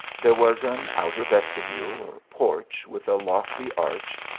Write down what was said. there was an outer vestioule or porch with a lofty arch,